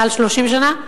מעל 30 שנה,